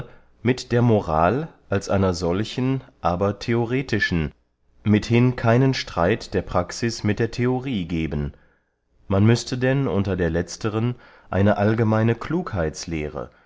mit der moral als einer solchen aber theoretischen mithin keinen streit der praxis mit der theorie geben man müßte denn unter der letzteren eine allgemeine